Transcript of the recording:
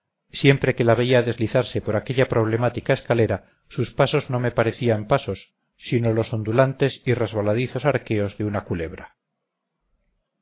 siempre que la veía deslizarse por aquella problemática escalera sus pasos no me parecían pasos sino los ondulantes y resbaladizos arqueos de una culebra